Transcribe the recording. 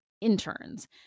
interns